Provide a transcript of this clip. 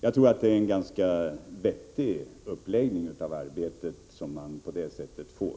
Jag tror att det är en ganska vettig uppläggning av arbetet som man på det sättet får.